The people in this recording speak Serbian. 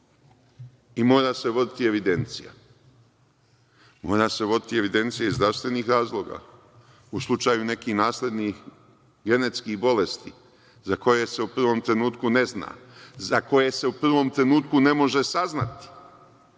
otac. Mora se voditi evidencija. Evidencija se mora voditi iz zdravstvenih razloga, u slučaju nekih naslednih genetskih bolesti za koje se u prvom trenutku ne zna, za koje se u prvom trenutku ne može saznati,